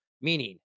meaning